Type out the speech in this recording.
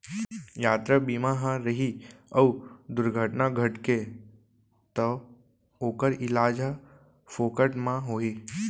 यातरा बीमा ह रही अउ दुरघटना घटगे तौ ओकर इलाज ह फोकट म होही